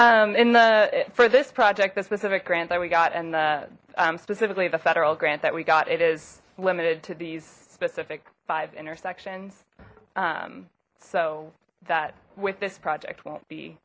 at in the for this project the specific grant that we got and specifically the federal grant that we got it is limited to these specific five intersections so that with this project won't be